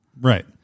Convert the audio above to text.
Right